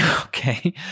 Okay